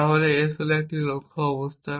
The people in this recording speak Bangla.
তাহলে s হল একটি লক্ষ্য অবস্থা